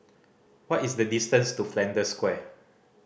what is the distance to Flanders Square